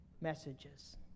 messages